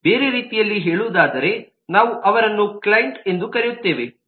ಬೇರೆ ರೀತಿಯಲ್ಲಿ ಹೇಳುವುದಾದರೆ ನಾವು ಅವರನ್ನು ಕ್ಲೈಂಟ್ಎಂದು ಕರೆಯುತ್ತೇವೆ